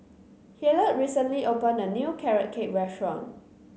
Hillard recently opened a new Carrot Cake restaurant